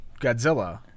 Godzilla –